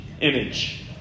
image